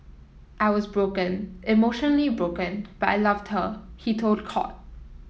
I was broken emotionally broken but I loved her he told court